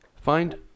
find